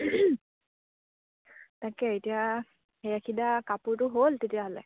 তাকে এতিয়া কাপোৰটো হ'ল তেতিয়াহ'লে